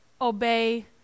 obey